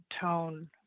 tone